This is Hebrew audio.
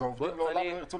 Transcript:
אז העובדים לא ירצו לחזור.